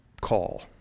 Call